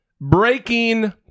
breaking